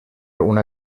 una